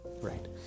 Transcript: right